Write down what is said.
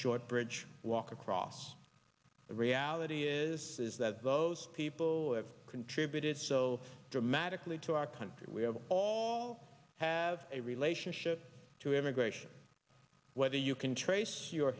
short bridge walk across the reality is that those people have contributed so dramatically to our country we have all have a relationship to immigration whether you can trace your